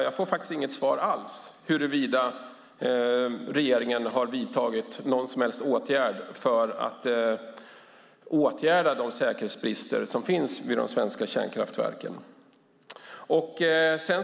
Jag får faktiskt inget svar alls när det gäller huruvida regeringen har vidtagit någon som helst åtgärd för att avhjälpa de säkerhetsbrister som finns vid de svenska kärnkraftverken.